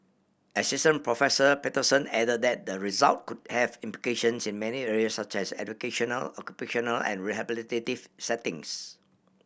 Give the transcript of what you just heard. Assistant Professor Patterson added that the result could have implications in many areas such as educational occupational and rehabilitative settings